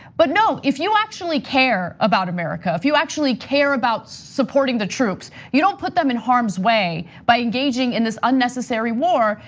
but no, if you actually care about america, if you actually care about supporting the troops, you don't put them in harm's way by engaging in this unnecessary war.